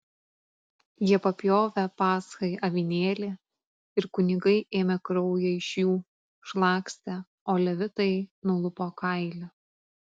jie papjovė paschai avinėlį ir kunigai ėmė kraują iš jų šlakstė o levitai nulupo kailį